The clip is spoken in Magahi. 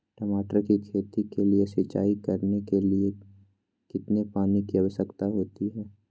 टमाटर की खेती के लिए सिंचाई करने के लिए कितने पानी की आवश्यकता होती है?